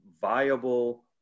viable